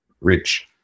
rich